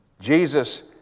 Jesus